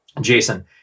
Jason